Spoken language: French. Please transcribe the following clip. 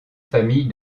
familles